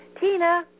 Tina